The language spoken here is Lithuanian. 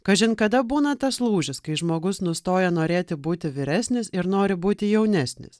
kažin kada būna tas lūžis kai žmogus nustoja norėti būti vyresnis ir nori būti jaunesnis